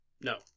No